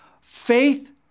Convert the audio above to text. Faith